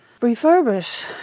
refurbish